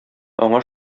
аңа